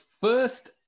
First